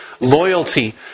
loyalty